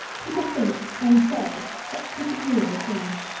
people think and say such disagreeable things